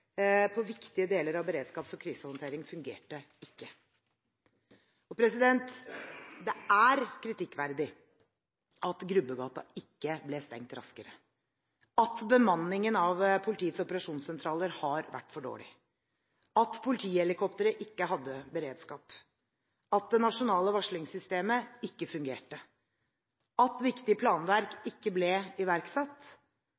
viktige deler av beredskaps- og krisehåndtering fungerte ikke. Det er kritikkverdig at Grubbegata ikke ble stengt raskere, at bemanningen av politiets operasjonssentraler har vært for dårlig, at politihelikopteret ikke hadde beredskap, at det nasjonale varslingssystemet ikke fungerte, at viktige